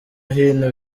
hino